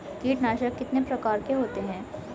कीटनाशक कितने प्रकार के होते हैं?